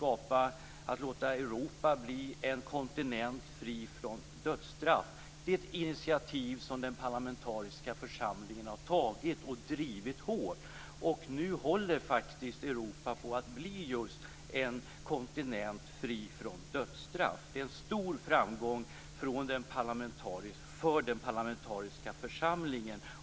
Att låta Europa bli en kontinent fri från dödsstraff är ett initiativ som den parlamentariska församlingen har tagit och hårt drivit. Nu håller faktiskt Europa på att bli just en kontinent fri från dödsstraff. Det är en stor framgång för den parlamentariska församlingen.